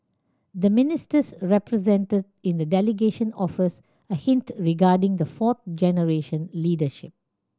the Ministers represented in the delegation offers a hint regarding the fourth generation leadership